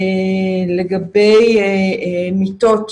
לגבי מיטות.